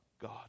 God